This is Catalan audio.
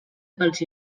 pels